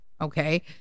okay